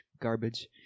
Garbage